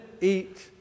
eat